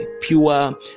pure